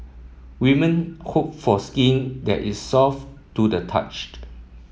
women hope for skin that is soft to the touch